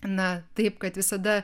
na taip kad visada